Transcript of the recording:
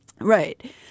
Right